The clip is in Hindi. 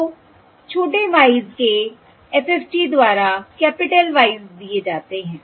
तो छोटे y s के FFT द्वारा कैपिटल Y s दिए जाते है